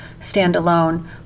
standalone